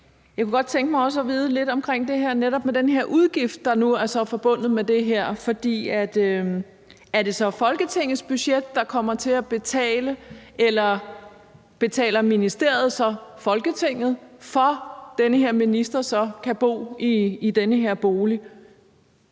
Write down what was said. Jeg kunne godt tænke mig at vide lidt om netop det med den her udgift, der er forbundet med det her. For er det så Folketingets budget, der kommer til at betale, eller betaler ministeriet Folketinget for, at den her minister så kan bo i den her bolig?